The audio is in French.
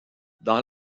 dans